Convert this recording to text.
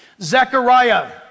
Zechariah